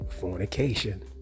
fornication